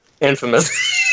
Infamous